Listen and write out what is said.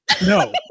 no